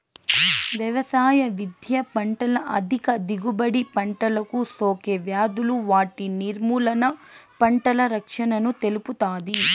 వ్యవసాయ విద్య పంటల అధిక దిగుబడి, పంటలకు సోకే వ్యాధులు వాటి నిర్మూలన, పంటల రక్షణను తెలుపుతాది